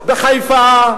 בחיפה,